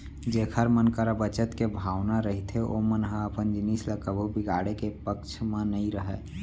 जेखर मन करा बचत के भावना रहिथे ओमन ह अपन जिनिस ल कभू बिगाड़े के पक्छ म नइ रहय